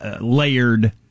layered